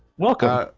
wolcott,